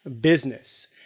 business